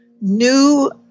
new